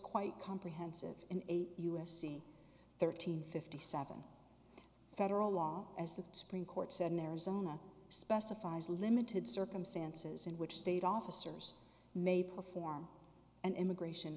quite comprehensive in eight u s c thirteen fifty seven federal law as the supreme court said in arizona specifies limited circumstances in which state officers may perform an immigration